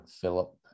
Philip